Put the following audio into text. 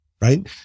right